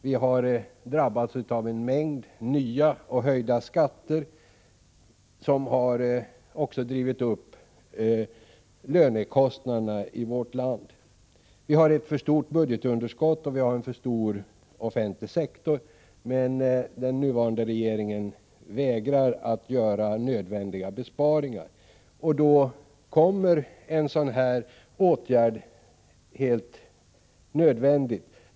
Vi har drabbats av en mängd nya och höjda skatter som har drivit upp även lönekostnaderna i vårt land. Vi har ett för stort budgetunderskott, och vi har en för stor offentlig sektor. Den nuvarande regeringen vägrar emellertid att göra nödvändiga besparingar. Då blir det nödvändigt att vidta en sådan åtgärd.